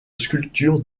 sculpture